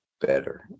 better